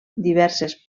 diverses